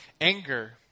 Anger